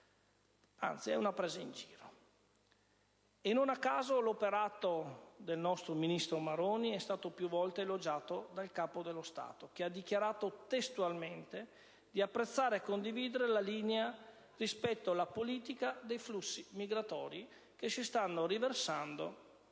anzi, è una presa in giro. E, non a caso, l'operato del nostro ministro Maroni è stato più volte elogiato dal Capo dello Stato, che ha dichiarato testualmente di apprezzare e condividere la linea rispetto alla politica dei flussi migratori che si stanno riversando